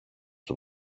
του